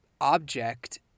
object